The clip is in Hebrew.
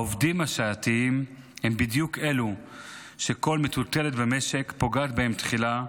העובדים השעתיים הם בדיוק אלו שכל מטוטלת במשק פוגעת בהם תחילה,